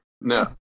No